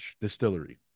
distillery